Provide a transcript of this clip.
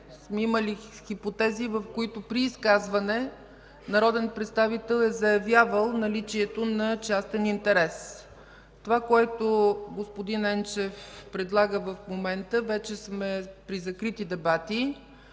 сме имали хипотези, в които при изказване народен представител е заявявал наличието на частен интерес. Това, което господин Енчев предлага в момента – вече сме при закрити дебати,